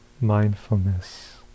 mindfulness